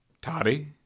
Toddy